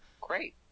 great